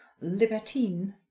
libertine